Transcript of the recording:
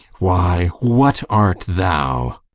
why, what art thou?